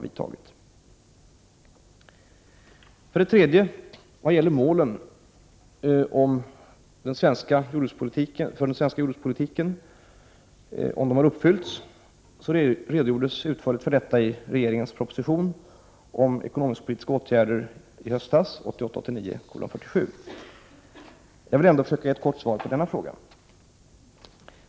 Vad gäller frågan huruvida målen för den svenska jordbrukspolitiken har uppfyllts kan jag nämna att man redogjorde utförligt för detta i regeringens proposition i höstas om vissa ekonomisk-politiska åtgärder m.m. . Jag vill ändå försöka ge ett kort svar på denna fråga.